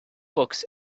books